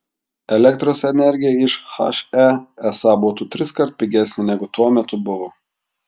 elektros energija iš he esą būtų triskart pigesnė negu tuo metu buvo